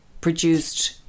produced